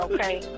Okay